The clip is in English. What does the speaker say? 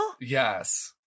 yes